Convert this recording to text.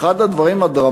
זה הדבר